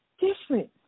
different